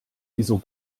wieso